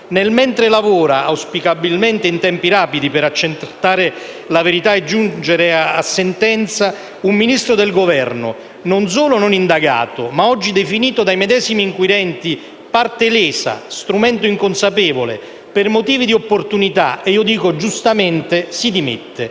Mentre lavora, auspicabilmente in tempi rapidi, per accertare la verità e giungere a sentenza, un Ministro del Governo, non solo non indagato ma oggi definito dai medesimi inquirenti parte lesa, strumento inconsapevole, per motivi di opportunità - e io dico giustamente - si dimette.